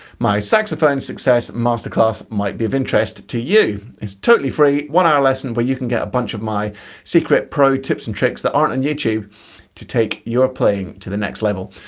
my saxophone success masterclass might be of interest to you. it's a totally free one-hour lesson where you can get a bunch of my secret pro tips and tricks that aren't on youtube to take your playing to the next level.